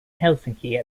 helsinki